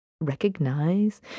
recognize